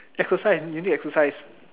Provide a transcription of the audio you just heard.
exercise you need exercise